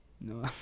No